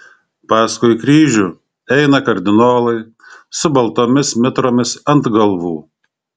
paskui kryžių eina kardinolai su baltomis mitromis ant galvų